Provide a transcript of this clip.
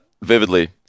vividly